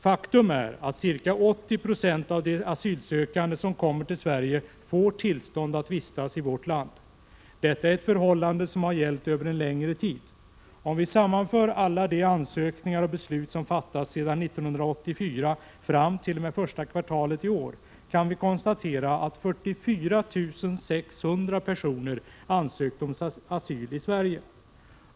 Faktum är att ca 80 90 av de asylsökande som kommer till Sverige får tillstånd att vistas i vårt land. Detta är ett förhållande som har gällt över en längre tid. Om vi sammanför alla ansökningar och beslut sedan 1985 och fram t.o.m. första kvartalet i år, kan vi konstatera att 44 600 personer ansökt om asyl i Sverige.